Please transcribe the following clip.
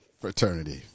fraternity